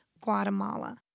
Guatemala